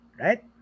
right